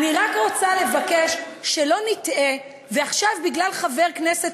אני רק רוצה לבקש שלא נטעה ועכשיו בגלל חבר כנסת